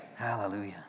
Hallelujah